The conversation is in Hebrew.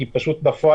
כי כמו שנאמר,